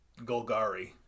Golgari